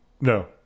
no